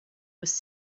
was